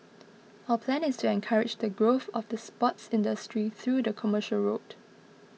our plan is to encourage the growth of the sports industry through the commercial route